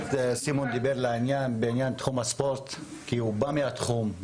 דיבר לעניין בעניין תחום הספורט כי הוא בא מהתחום.